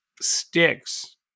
sticks